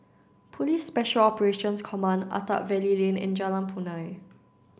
Police Special Operations Command Attap Valley Lane and Jalan Punai